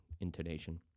intonation